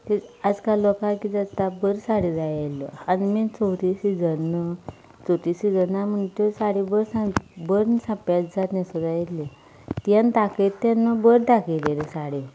आयज काल लोकांक कितें जाता बऱ्यो साडयो जाय आशिल्ल्यो आनी चवथी सिजन न्हय चवथी सिजनाक म्हणटात त्यो साडयो बऱ्यो जाय बऱ्यो अशो पेज्जाद न्हेसूंक जाय आशिल्ल्यो ती आनी दाखयतात तेन्ना बऱ्यो दाखयिल्ल्यो साडयो